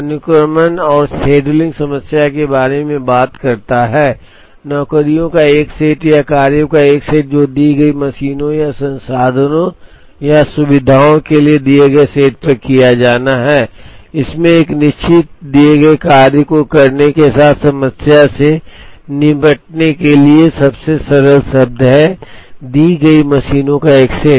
अनुक्रमण और शेड्यूलिंग समस्या के बारे में बात करता है नौकरियों का एक सेट या कार्यों का एक सेट जो दी गई मशीनों या संसाधनों या सुविधाओं के दिए गए सेट पर किया जाना है इसमें एक निश्चित दिए गए कार्यों को करने के साथ समस्या से निपटने के लिए सबसे सरल शब्द है दी गई मशीनों का एक सेट